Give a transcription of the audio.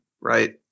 right